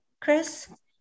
Chris